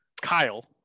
Kyle